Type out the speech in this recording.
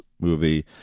movie